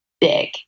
big